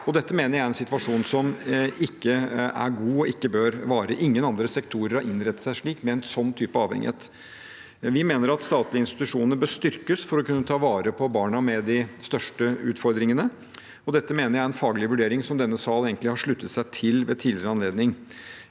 Dette mener jeg er en situasjon som ikke er god og ikke bør vare. Ingen andre sektorer har innrettet seg slik, med en sånn type avhengighet. Vi mener at statlige institusjoner bør styrkes for å kunne ta vare på barna med de største utfordringene, og dette mener jeg er en faglig vurdering som denne salen egentlig har sluttet seg til tidligere.